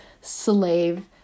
slave